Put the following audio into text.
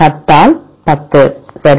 10 ஆல் 10 சரி